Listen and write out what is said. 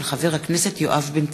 של חבר הכנסת יואב בן צור.